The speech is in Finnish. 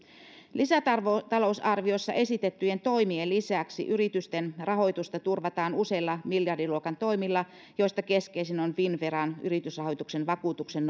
lisätalousarviossa esitettyjen toimien lisäksi yritysten rahoitusta turvataan useilla miljardiluokan toimilla joista keskeisin on finnveran yritysrahoituksen vakuutuksen